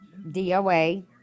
doa